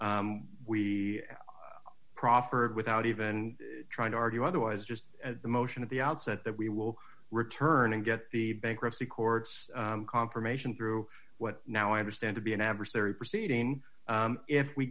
we proffered without even trying to argue otherwise just the motion of the outset that we will return and get the bankruptcy courts confirmation through what now i understand to be an adversary proceeding if we